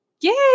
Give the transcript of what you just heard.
Yay